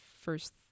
first